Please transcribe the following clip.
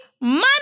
money